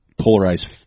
polarized